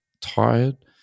tired